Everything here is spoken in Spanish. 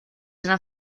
eran